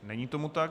Není tomu tak.